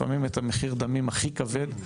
לפעמים את המחיר דמים הכי כבד,